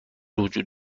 وجود